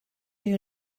you